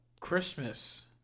Christmas